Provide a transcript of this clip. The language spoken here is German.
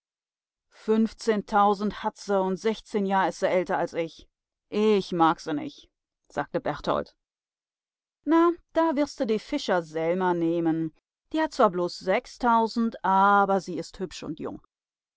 fünfzehntausend hat se und sechzehn jahr is se älter als ich ich mag se nich sagte berthold na da wirste die fischer selma nehmen die hat zwar bloß sechstausend aber sie is hübsch und jung